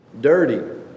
Dirty